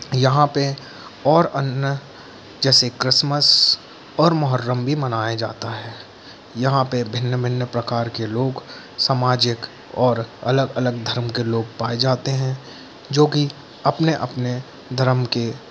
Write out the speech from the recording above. यहाँ पे और अन्य जैसे क्रिसमस और मोहर्रम भी मनाया जाता है यहाँ पे भिन्न भिन्न प्रकार के लोग समाजिक और अलग अलग धर्म के लोग पाये जाते हैं जो कि अपने अपने धर्म के